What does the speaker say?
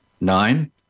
Nine